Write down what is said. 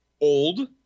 old